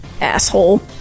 Asshole